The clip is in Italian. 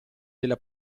della